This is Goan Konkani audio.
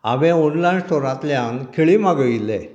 हांवेन ऑनलायन स्टोरांतल्यान खिळें मागयल्लें